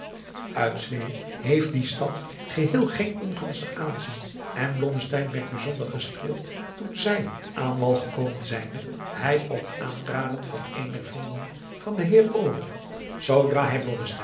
heeft die stad geheel geen ongunstig aanzien en blommesteyn werd bijzonder gestreeld toen zij aan wal gekomen zijnde hij op aanraden van een der vrienden van den heer olof zoodra hij